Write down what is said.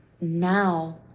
now